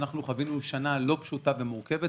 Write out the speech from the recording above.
חווינו שנה לא פשוטה ומורכבת.